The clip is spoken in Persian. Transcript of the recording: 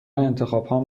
انتخابهام